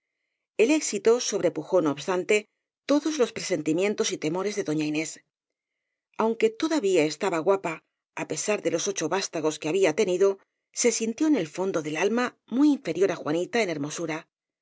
el éxito sobrepujó no obstante todos los presentimientos y temores de doña inés aunque todavía estaba guapa á pesar de los ocho vástagos que había tenido se sintió en el fondo del alma muy inferior á juanita en